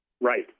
Right